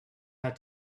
had